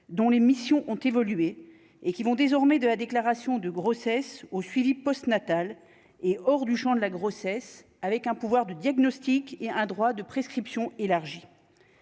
dont les missions ont évolué et qui vont désormais de la déclaration de grossesse au suivi post-natal et hors du Champ de la grossesse avec un pouvoir de diagnostic et un droit de prescription élargit